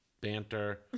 banter